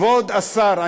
כבוד השר,